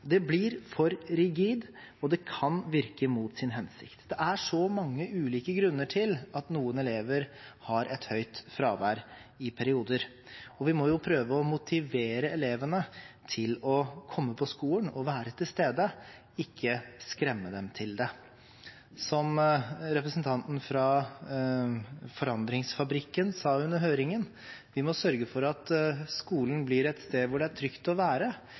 Det blir for rigid, og det kan virke mot sin hensikt. Det er så mange ulike grunner til at noen elever har et høyt fravær i perioder, og vi må jo prøve å motivere elevene til å komme på skolen og være til stede, ikke skremme dem til det. Som representanten fra Forandringsfabrikken sa under høringen: Vi må sørge for at skolen blir et sted hvor det er trygt å være,